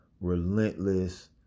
relentless